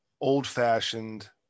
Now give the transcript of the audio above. old-fashioned